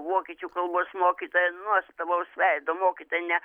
vokiečių kalbos mokytoja nuostabaus veido mokytoja ne